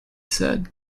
said